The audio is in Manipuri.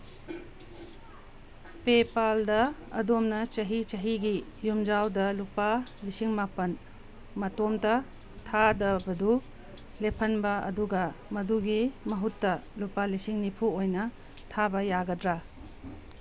ꯄꯦꯄꯥꯜꯗ ꯑꯗꯣꯝꯗ ꯆꯍꯤ ꯆꯍꯤꯒꯤ ꯌꯨꯝꯖꯥꯎꯗ ꯂꯨꯄꯥ ꯂꯤꯁꯤꯡ ꯃꯥꯄꯜ ꯃꯇꯣꯝꯇ ꯊꯥꯗꯕꯗꯨ ꯂꯦꯞꯍꯟꯕ ꯑꯗꯨꯒ ꯑꯗꯨꯒꯤ ꯃꯍꯨꯠꯇ ꯂꯨꯄꯥ ꯂꯤꯁꯤꯡ ꯅꯤꯐꯨ ꯑꯣꯏꯅ ꯊꯥꯕ ꯌꯥꯒꯗ꯭ꯔꯥ